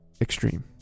Extreme